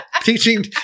Teaching